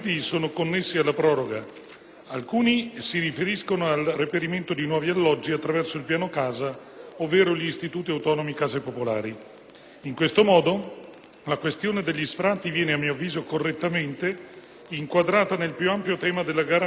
alcuni si riferiscono al reperimento di nuovi alloggi, attraverso il Piano casa ovvero gli Istituti autonomi case popolari. In questo modo, la questione degli sfratti viene, a mio avviso correttamente, inquadrata nel più ampio tema della garanzia dell'abitazione.